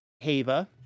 Hava